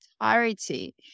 entirety